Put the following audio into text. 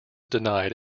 denied